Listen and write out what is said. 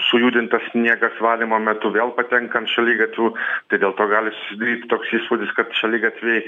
sujudintas sniegas valymo metu vėl patenka ant šaligatvių tai dėl to gali susidaryti toks įspūdis kad šaligatviai